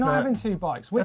having two bikes. which